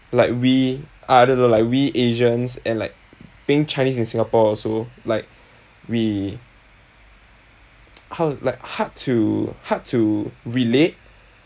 like we ah I don't know like we asians and like being chinese in Singapore also like we how to like hard to hard to relate